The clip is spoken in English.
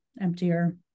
emptier